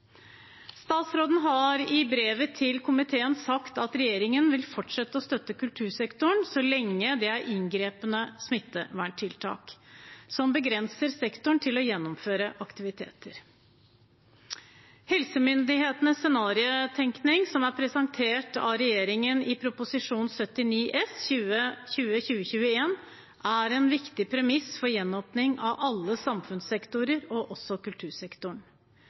Statsråden har i brevet til komiteen sagt at regjeringen vil fortsette å støtte kultursektoren så lenge vi har inngripende smitteverntiltak som begrenser sektorens evne til å gjennomføre aktiviteter. Helsemyndighetenes scenariotenkning, som er presentert av regjeringen i Prop. 79 S for 2020–2021, er en viktig premiss for gjenåpning av alle samfunnssektorer, også kultursektoren.